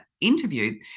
interview